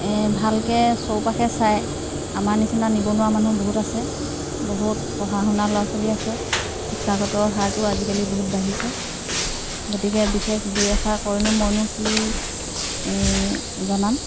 এ ভালকৈ চৌপাশে চায় আমাৰ নিচিনা নিবনুৱা মানুহ বহুত আছে বহুত পঢ়া শুনা ল'ৰা ছোৱালী আছে শিক্ষাগত হাৰটো আজিকালি বহুত বাঢ়িছে গতিকে বিশেষ দুই এষাৰ কৈনো মইনো কি জনাম